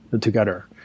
together